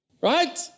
right